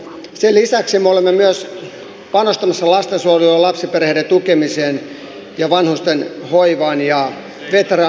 sen lisäksi me olemme myös panostamassa lastensuojeluun ja lapsiperheiden tukemiseen ja vanhusten hoivaan ja veteraanien tukemiseen